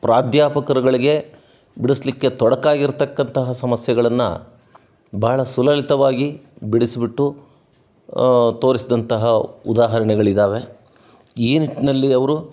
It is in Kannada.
ಪ್ರಾಧ್ಯಾಪಕರುಗಳ್ಗೆ ಬಿಡಿಸ್ಲಿಕ್ಕೆ ತೊಡಕಾಗಿರ್ತಕ್ಕಂಥ ಸಮಸ್ಯೆಗಳನ್ನು ಬಹಳ ಸುಲಲಿತವಾಗಿ ಬಿಡಿಸಿಬಿಟ್ಟು ತೋರಿಸದಂತಹ ಉದಾಹರಣೆಗಳಿದ್ದಾವೆ ಈ ನಿಟ್ಟಿನಲ್ಲಿ ಅವರು